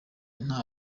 nta